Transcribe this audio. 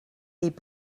est